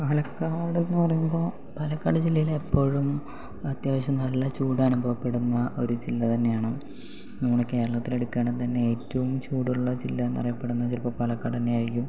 പാലക്കാട് എന്ന് പറയുമ്പോൾ പാലാക്കാട് ജില്ലയിൽ എപ്പോഴും അത്യാവശ്യം നല്ല ചൂട് അനുഭവപ്പെടുന്ന ഒരു ജില്ല തന്നെ ആണ് നമ്മുടെ കേരളത്തിൽ എടുക്കുവാണെങ്കിൽ തന്നെ ഏറ്റവും ചൂടുള്ള ജില്ല എന്ന് അറിയപ്പെടുന്നത് ഇപ്പം പാലക്കാട് തന്നെ ആയിരിക്കും